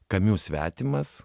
kamiu svetimas